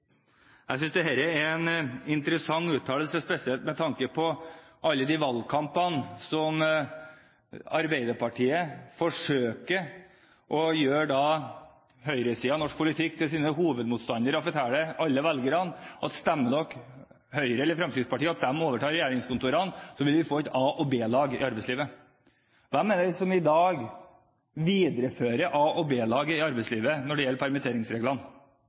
Jeg synes dette er en interessant uttalelse, spesielt med tanke på alle de valgkampene der Arbeiderpartiet forsøker å gjøre høyresiden i norsk politikk til sine hovedmotstandere og forteller alle velgerne at hvis de stemmer Høyre og Fremskrittspartiet – og de overtar regjeringskontorene – vil vi få et A-lag og et B-lag i arbeidslivet. Hvem er det som i dag viderefører A-lag og B-lag i arbeidslivet når det gjelder permitteringsreglene?